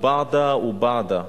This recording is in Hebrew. וּבַּעְדַ וּבַּעְדַ,